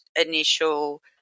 initial